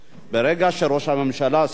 ברגע שראש הממשלה, כן,